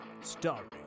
Starring